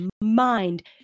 mind